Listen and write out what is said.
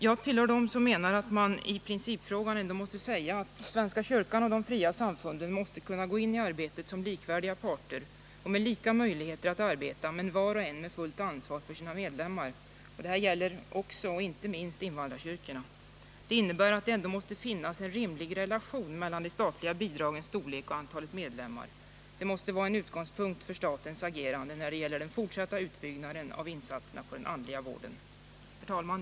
Jag tillhör dem som i principfrågan menar att svenska kyrkan och de fria samfunden måste kunna gå in i arbetet som likvärdiga parter, med lika möjligheter att arbeta och var och en med fullt ansvar för sina medlemmar. Detta gäller också och inte minst invandrarkyrkorna. Det innebär att det måste finnas en rimlig relation mellan de statliga bidragens storlek och antalet medlemmar. Detta måste vara en utgångspunkt för statens agerande när det gäller den fortsatta utbyggnaden av insatserna för den andliga vården. Herr talman!